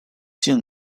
进攻